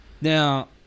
Now